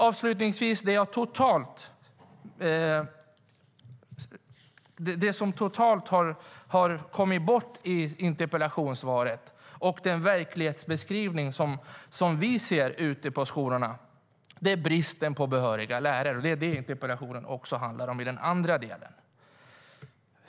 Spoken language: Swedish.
Avslutningsvis vill jag säga att det som totalt har kommit bort i interpellationssvaret och den verklighetsbeskrivning som vi ser ute på skolorna är bristen på behöriga lärare, och det är vad interpellationen också handlar om i den andra delen.